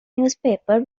newspaper